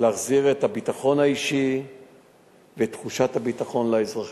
להחזיר את הביטחון האישי ואת תחושת הביטחון לאזרחים.